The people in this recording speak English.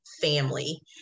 family